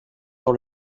sur